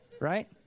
Right